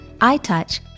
iTouch